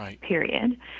period